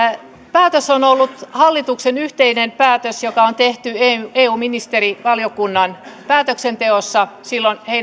päätös on ollut hallituksen yhteinen päätös joka on tehty eu ministerivaliokunnan päätöksenteossa silloin